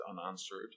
unanswered